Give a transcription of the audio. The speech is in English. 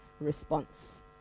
response